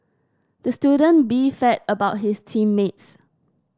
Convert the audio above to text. the student beefed about his team mates